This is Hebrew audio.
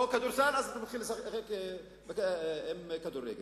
או להתחיל לשחק כדורסל בכדורגל.